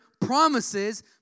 promises